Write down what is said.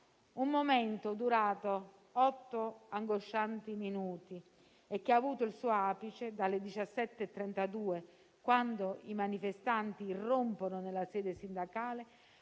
un momento durato otto angoscianti minuti e che ha avuto il suo apice dalle 17,32, quando i manifestanti irrompono nella sede sindacale,